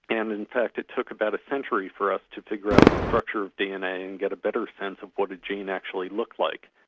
and in fact it took about a century for us to figure out the structure of dna and get a better sense of what a gene actually looked like.